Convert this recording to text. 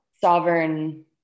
sovereign